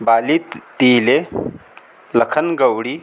बालीत तीइले लखन गवळी